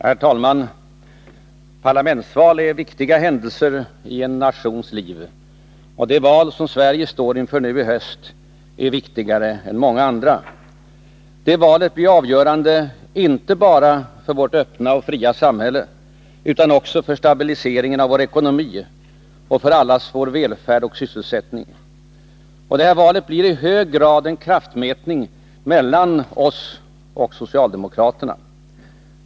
Herr talman! Parlamentsval är viktiga händelser i en nations liv. Det val Sverige står inför nu i höst är viktigare än många andra. Det valet blir avgörande inte bara för vårt öppna och fria samhälle utan också för stabiliseringen av vår ekonomi och för allas vår välfärd och sysselsättning. Och valet blir i hög grad en kraftmätning mellan oss moderater och socialdemokraterna.